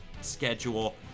schedule